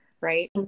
right